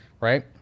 right